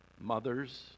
mother's